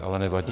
Ale nevadí.